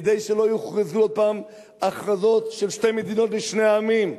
כדי שלא יוכרזו עוד הפעם הכרזות של שתי מדינות לשני העמים,